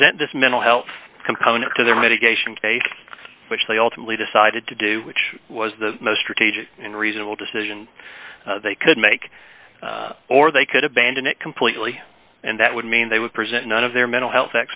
present this mental health component to their mitigation case which they ultimately decided to do which was the most strategic and reasonable decision they could make or they could abandon it completely and that would mean they would present none of their mental health